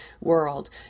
world